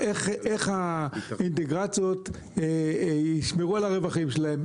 איך האינטגרציות ישמרו על הרווחים שלהם?